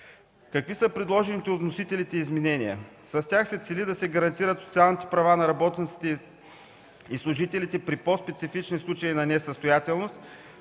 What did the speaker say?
предложени от вносителите? С тях се цели да се гарантират социалните права на работниците и служителите при по-специфични случаи на несъстоятелност,